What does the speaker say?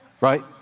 right